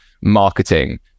marketing